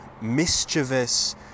mischievous